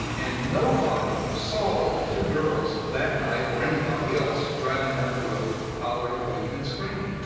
and nobody saw the two girls that night, or anybody else, driving down the road hollering, waving, and screaming.